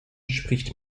spricht